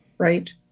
Right